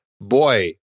boy